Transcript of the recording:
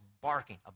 barking